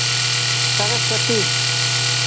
Saraswati